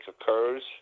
occurs